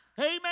Amen